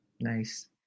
Nice